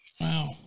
wow